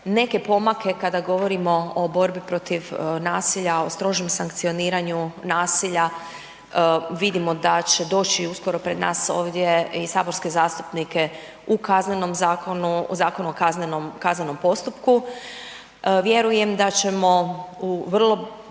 Neke pomake kada govorim o borbi protiv nasilja o strožem sankcioniranju nasilja vidimo da će doći uskoro pred nas ovdje i saborske zastupnike u Kaznenom zakonu, u Zakonu o kaznenom postupku, vjerujem da ćemo u vrlo